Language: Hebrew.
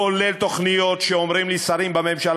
כולל תוכניות שאומרים לי שרים בממשלה